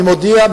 אני מודיע,